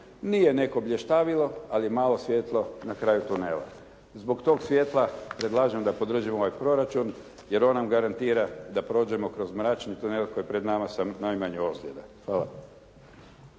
Nije neko blještavilo, ali malo svjetlo na kraju tunela. Zbog tog svjetla predlažem da podržimo ovaj proračun, jer on nam garantira da prođemo kroz mračni tunel koji je pred nama sa najmanje ozljeda. Hvala.